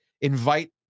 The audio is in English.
Invite